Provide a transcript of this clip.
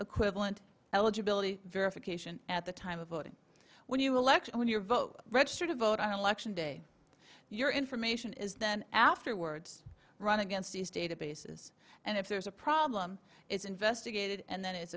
equivalent eligibility verification at the time of voting when you elect when your vote register to vote on election day your information is then afterwards run against these databases and if there's a problem it's investigated and then it's